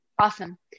Awesome